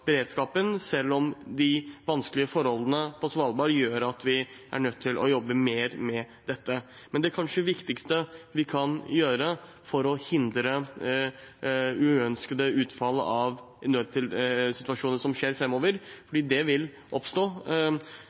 beredskapen, selv om de vanskelige forholdene på Svalbard gjør at vi er nødt til å jobbe mer med dette. Med det kanskje viktigste vi kan gjøre for å hindre uønskede utfall av nødsituasjoner framover, for det vil oppstå,